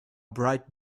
bright